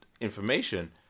information